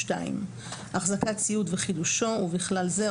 (2)אחזקת ציוד וחידושו ובכלל זה,